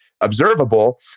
observable